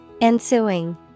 Ensuing